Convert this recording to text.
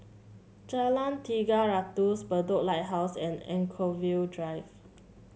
Jalan Tiga Ratus Bedok Lighthouse and Anchorvale Drive